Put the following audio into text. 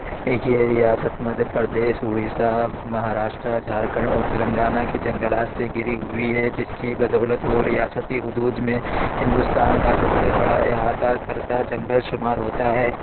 ایک یہ ریاست مدھیہ پردیش اڑیسہ مہاراشٹرا جھارکھنڈ اور تلنگانہ کے جنگلات سے گھری ہوئی ہے جس کی بدولت وہ ریاستی حدود میں ہندوستان کا سب سے بڑا احاطہ کردہ جنگل شمار ہوتا ہے